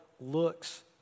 looks